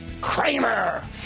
Kramer